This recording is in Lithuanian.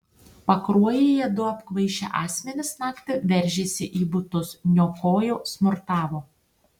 pakruojyje du apkvaišę asmenys naktį veržėsi į butus niokojo smurtavo